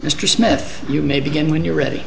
mr smith you may begin when you're ready